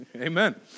Amen